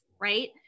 right